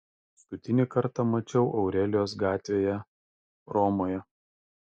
paskutinį kartą mačiau aurelijos gatvėje romoje